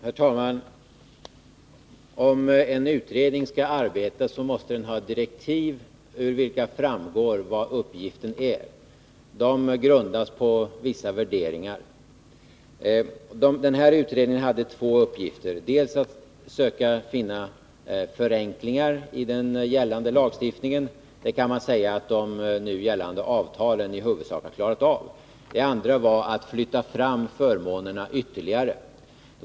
Herr talman! Om en utredning skall arbeta måste den ha direktiv av vilka uppgiften framgår. De grundas på vissa värderingar. Den aktuella utredningen hade två uppgifter: dels att söka finna förenklingar i gällande lagstiftning — det kan man säga att de nu gällande avtalen i huvudsak har klarat av —, dels att flytta fram förmånerna ytterligare.